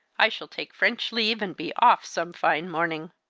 i shall take french leave, and be off some fine morning.